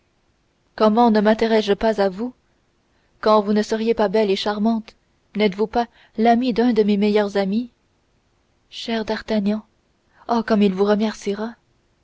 comment ne mintéresserais je pas à vous quand vous ne seriez pas belle et charmante n'êtes-vous pas l'amie d'un de mes meilleurs amis cher d'artagnan oh comme il vous remerciera